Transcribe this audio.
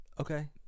Okay